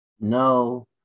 no